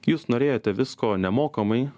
jūs norėjote visko nemokamai